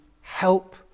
help